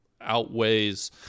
outweighs